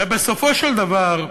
ובסופו של דבר,